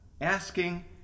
asking